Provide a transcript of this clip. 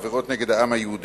או עבירות נגד העם היהודי,